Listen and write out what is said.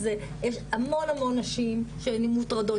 אז יש המון נשים שמוטרדות,